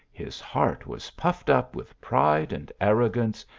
his heart was puffed up with pride and arrogance,